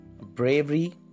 bravery